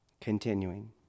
Continuing